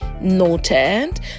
noted